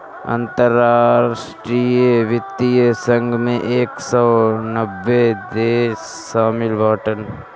अंतरराष्ट्रीय वित्तीय संघ मे एक सौ नब्बे देस शामिल बाटन